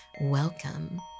welcome